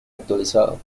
actualizado